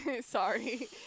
Sorry